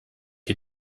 ihr